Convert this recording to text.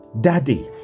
Daddy